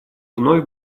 вновь